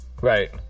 Right